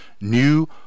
New